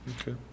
Okay